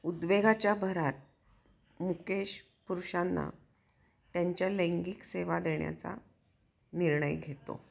उद्वेगाच्या भरात मुकेश पुरुषांना त्यांच्या लैंगिक सेवा देण्याचा निर्णय घेतो